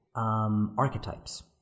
Archetypes